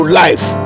life